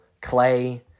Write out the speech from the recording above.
clay